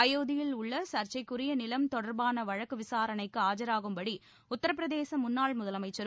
அயோத்தியில் உள்ள சர்ச்சைக்குரிய நிலம் தொடர்பான வழக்கு விசாரணைக்கு ஆஜாகும்படி உத்தரப்பிரதேச முன்னாள் முதலமைச்சரும்